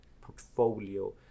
portfolio